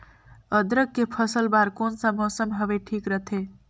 अदरक के फसल बार कोन सा मौसम हवे ठीक रथे?